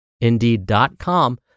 Indeed.com